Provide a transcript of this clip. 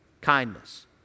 kindness